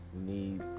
need